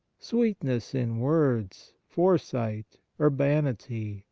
sweetness in words, foresight, urbanity,